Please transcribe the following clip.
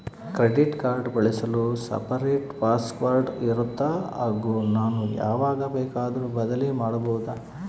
Credit card ಬಳಸಲು separate password ಇರುತ್ತಾ ಹಾಗೂ ನಾವು ಯಾವಾಗ ಬೇಕಾದರೂ ಬದಲಿ ಮಾಡಬಹುದಾ?